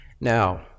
Now